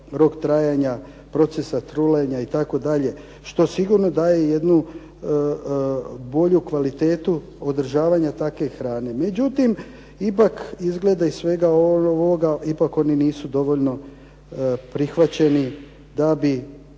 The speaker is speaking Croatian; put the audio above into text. rok trajanja, procesa trulenja itd. što sigurno daje jednu bolju kvalitetu održavanja takve hrane. Međutim, izgleda iz svega ovoga ipak oni nisu dovoljno prihvaćeni da bi